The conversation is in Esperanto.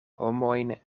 homojn